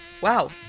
Wow